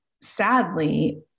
sadly